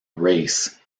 race